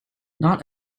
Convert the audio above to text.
not